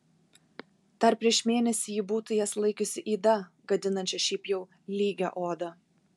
dar prieš mėnesį ji būtų jas laikiusi yda gadinančia šiaip jau lygią odą